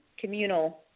communal